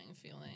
feeling